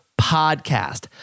podcast